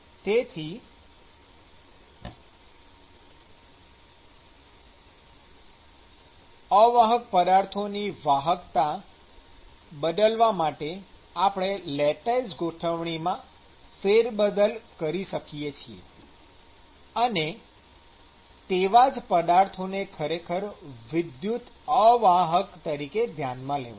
તેથી અવાહક પદાર્થની વાહકતા બદલવા માટે આપણે લેટાઈસ ગોઠવણીમાં ફેરબદલ કરી શકીએ છીએ અને તેવા જ પદાર્થોને ખરેખર વિદ્યુત અવાહક તરીકે ધ્યાનમાં લેવાય છે